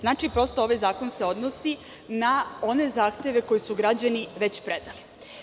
Znači, ovaj zakon se odnosi na one zahteve koji su građani već predali.